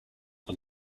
are